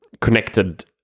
connected